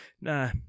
Nah